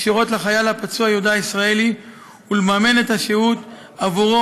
הקשורות לחייל הפצוע יהודה הישראלי ולממן את השהות עבורו